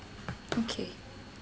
okay